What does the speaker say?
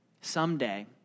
Someday